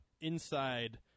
inside